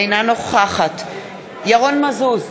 אינה נוכחת ירון מזוז,